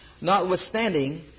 Notwithstanding